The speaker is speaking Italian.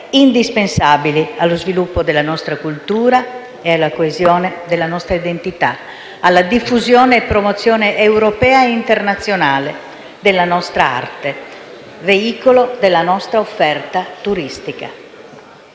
indispensabili allo sviluppo della nostra cultura e alla coesione della nostra identità, alla diffusione e promozione europea e internazionale della nostra arte, veicolo della nostra offerta turistica.